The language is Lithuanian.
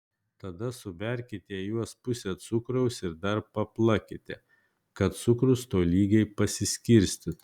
tada suberkite į juos pusę cukraus ir dar paplakite kad cukrus tolygiai pasiskirstytų